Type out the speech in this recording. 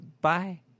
Bye